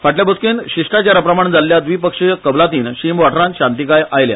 फाटले बसकेत शिष्टाचारा प्रमाण जाल्या द्विपक्षीय कबलातीत शिम वाठारात शांतिकाय आयल्या